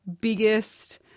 biggest